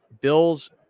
Bill's